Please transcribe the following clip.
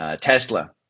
Tesla